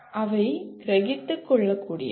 அவை கிரகித்து கொள்ள கூடியவை